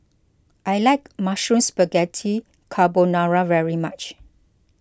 I like Mushroom Spaghetti Carbonara very much